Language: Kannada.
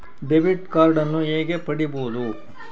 ಡೆಬಿಟ್ ಕಾರ್ಡನ್ನು ಹೇಗೆ ಪಡಿಬೋದು?